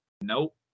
Nope